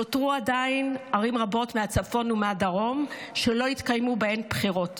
נותרו עדיין ערים רבות בצפון ובדרום שלא התקיימו בהן בחירות.